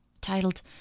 titled